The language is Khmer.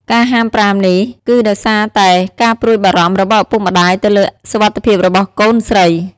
ការហាមប្រាមនេះគឺដោយសារតែការព្រួយបារម្ភរបស់ឪពុកម្តាយទៅលើសុវត្ថិភាពរបស់កូនស្រី។